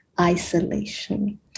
isolation